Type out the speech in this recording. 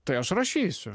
tai aš rašysiu